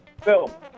Phil